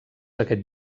aquest